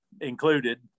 included